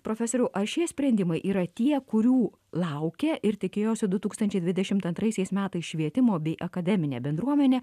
profesoriau ar šie sprendimai yra tie kurių laukia ir tikėjosi du tūkstančiai dvidešimt antraisiais metais švietimo bei akademinė bendruomenė